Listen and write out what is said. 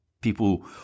people